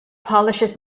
polishes